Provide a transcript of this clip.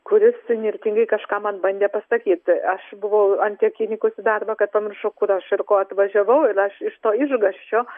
kuris įnirtingai kažką man bandė pasakyt aš buvau ant tiek įnykus į darbą kad pamiršau kur aš ir ko atvažiavau ir aš iš to išgąsčio